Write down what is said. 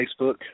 Facebook